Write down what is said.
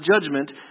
judgment